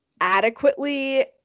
adequately